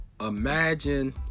imagine